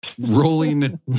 Rolling